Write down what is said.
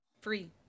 free